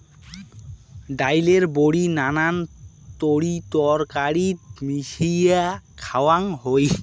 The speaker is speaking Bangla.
ডাইলের বড়ি নানান তরিতরকারিত মিশিয়া খাওয়াং হই